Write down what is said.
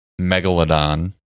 megalodon